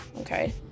Okay